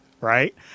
Right